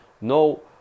No